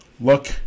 look